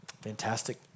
Fantastic